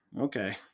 okay